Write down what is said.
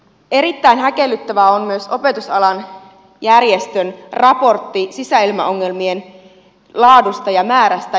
erittäin häkellyttävä on myös opetusalan järjestön raportti sisäilmaongelmien laadusta ja määrästä